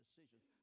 Decisions